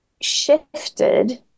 shifted